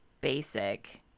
basic